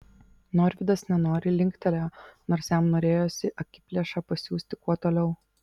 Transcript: norvydas nenoriai linktelėjo nors jam norėjosi akiplėšą pasiųsti kuo toliau